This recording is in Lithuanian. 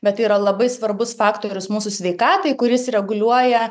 bet yra labai svarbus faktorius mūsų sveikatai kuris reguliuoja